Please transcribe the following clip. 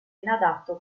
inadatto